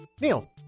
Neil